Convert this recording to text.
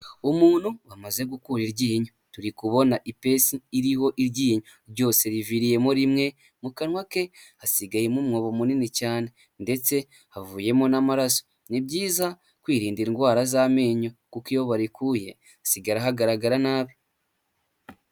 Umuntu bamaze gukura iryinyo turi kubona ipesi iriho iryinyo ryose riviriyemo rimwe mu kanwa ke hasigayemo umwobo munini cyane ndetse havuyemo n'amaraso ni byiza kwirinda indwara z'amenyo kuko iyo barikuye hasigara hagaragara nabi.